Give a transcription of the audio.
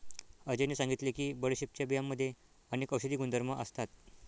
अजयने सांगितले की बडीशेपच्या बियांमध्ये अनेक औषधी गुणधर्म असतात